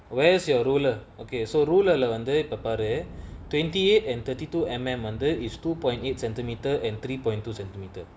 where's your ruler okay so ruler lah வந்து இப்ப பாரு:vanthu ippa paaru twenty eight and thirty two M_M வந்து:vanthu is two point eight centimetre and three point two centimetre